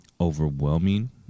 overwhelming